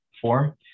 form